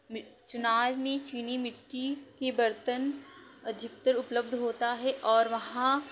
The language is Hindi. मि चुनार में चीनी मिट्टी के बर्तन अधिकतर उपलब्ध होता है और वहाँ